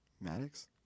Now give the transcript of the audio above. Maddox